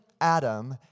Adam